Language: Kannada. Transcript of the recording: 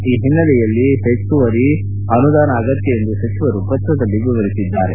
ಈ ಹಿನ್ನೆಲೆಯಲ್ಲಿ ಹೆಚ್ಚುವರಿ ಅನುದಾನ ಅಗತ್ತ ಎಂದು ಸಚಿವರು ಪತ್ರದಲ್ಲಿ ವಿವರಿಸಿದ್ದಾರೆ